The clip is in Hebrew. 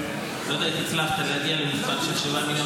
אני לא יודע איך הצלחת להגיע למספר של שבעה מיליון